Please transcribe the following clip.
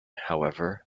however